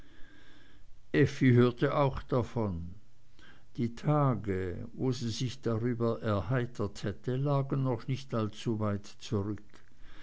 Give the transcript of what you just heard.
hörte auch davon die tage wo sie sich darüber erheitert hätte lagen noch nicht allzuweit zurück